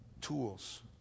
tools